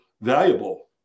valuable